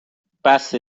بسه